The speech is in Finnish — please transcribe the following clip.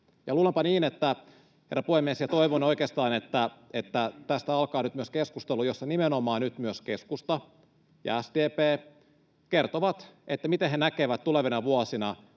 luulenpa niin, herra puhemies, ja toivon oikeastaan, että tästä alkaa nyt myös keskustelu, jossa nimenomaan nyt myös keskusta ja SDP kertovat, miten he näkevät tulevina vuosina